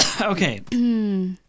Okay